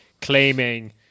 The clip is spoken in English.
claiming